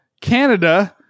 Canada